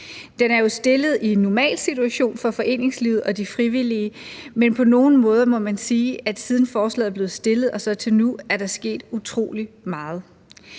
Det er jo fremsat i en normal situation for foreningslivet og de frivillige, men på nogle måder må man sige, at der, siden forslaget er blevet fremsat, er sket utrolig meget.